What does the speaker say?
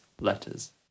letters